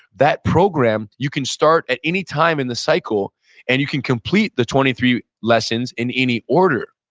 that program, you can start at any time in the cycle and you can complete the twenty three lessons in any order.